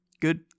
good